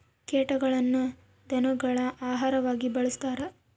ಕೀಟಗಳನ್ನ ಧನಗುಳ ಆಹಾರವಾಗಿ ಬಳಸ್ತಾರ